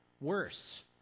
Worse